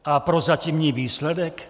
A prozatímní výsledek?